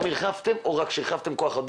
נראית בלתי אפשרית כדי לשלם פי עשרות